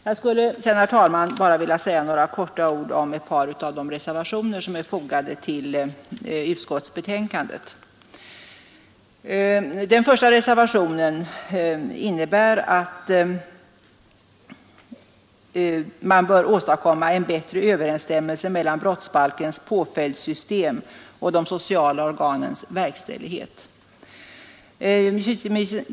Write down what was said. Jag skulle sedan, herr talman, bara vilja säga några ord om ett par av de reservationer som är fogade till utskottsbetänkandet. Reservationen 1 innebär att man bör åstadkomma en bättre överensstämmelse mellan brottsbalkens påföljdssystem och de sociala organens verkställighet.